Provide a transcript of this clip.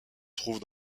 trouve